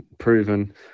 proven